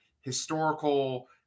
historical